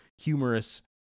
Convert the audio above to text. humorous